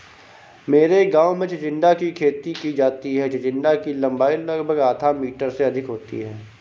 मेरे गांव में चिचिण्डा की खेती की जाती है चिचिण्डा की लंबाई लगभग आधा मीटर से अधिक होती है